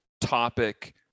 topic